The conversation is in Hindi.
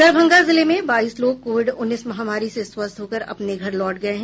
दरभंगा जिले में बाईस लोग कोविड उन्नीस महामारी से स्वस्थ होकर अपने घर लौट गये हैं